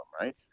right